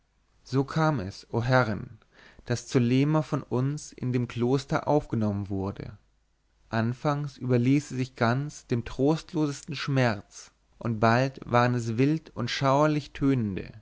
so kam es o herrin daß zulema von uns in dem kloster aufgenommen wurde anfangs überließ sie sich ganz dem trostlosesten schmerz und bald waren es wild und schauerlich tönende